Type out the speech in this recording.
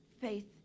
faith